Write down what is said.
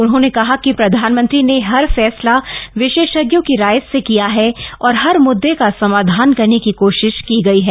उन्होंने कहा कि प्रधानमंत्री ने हर फैसला विशेषज्ञों की राय से किया है और हर मुददे का समाधान करने की कोशिश की गई है